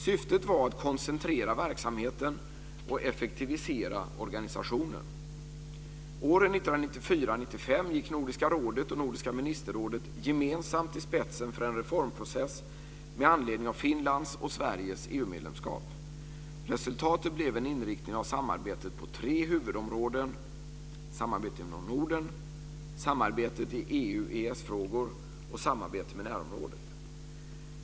Syftet var att koncentrera verksamheten och effektivisera organisationen. Åren 1994-1995 gick Nordiska rådet och Nordiska ministerrådet gemensamt i spetsen för en reformprocess med anledning av Finlands och Sveriges EU medlemskap. Resultatet blev en inriktning av samarbetet på tre huvudområden; samarbetet inom Norden, samarbetet i EU-EES-frågor och samarbetet med närområdet.